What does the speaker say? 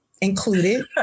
included